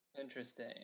Interesting